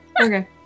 okay